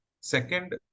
Second